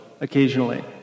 occasionally